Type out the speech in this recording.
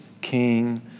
king